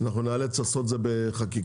אנחנו ניאלץ לעשות את זה בחקיקה,